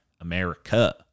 America